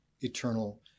eternal